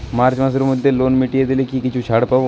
March মাসের মধ্যে loan মিটিয়ে দিলে কি কিছু ছাড় পাব?